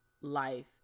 life